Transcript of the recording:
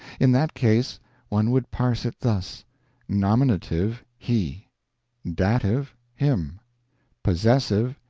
in that case one would parse it thus nominative, he dative, him possessive,